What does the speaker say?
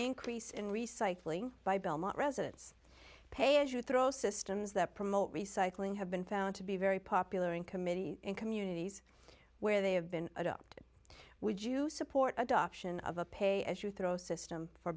increase in recycling by belmont residents pay as you throw systems that promote recycling have been found to be very popular in committee and communities where they have been adopted would you support adoption of a pay as you throw system for